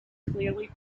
clearly